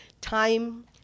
time